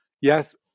yes